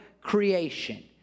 creation